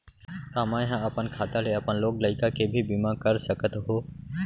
का मैं ह अपन खाता ले अपन लोग लइका के भी बीमा कर सकत हो